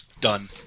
Done